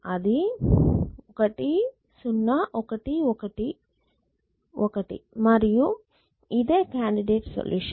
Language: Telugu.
అది 1 0 1 1 1 మరియు ఇదే కాండిడేట్ సొల్యూషన్